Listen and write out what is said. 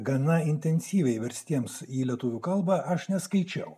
gana intensyviai verstiems į lietuvių kalbą aš neskaičiau